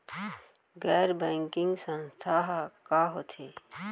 गैर बैंकिंग संस्था ह का होथे?